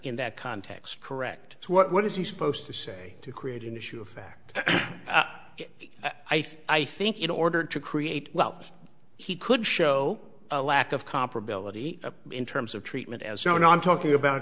in that context correct what is he supposed to say to create an issue of fact i think in order to create well he could show a lack of comparability in terms of treatment as no no i'm talking about